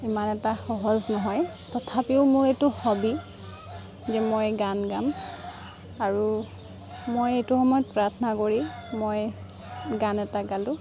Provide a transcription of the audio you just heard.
ইমান এটা সহজ নহয় তথাপিও মোৰ এইটো হবি যে মই গান গাম আৰু মই এইটো সময়ত প্ৰাৰ্থনা কৰি গান এটা গালোঁ